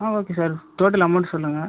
ஆ okay sir total amount சொல்லுங்கள்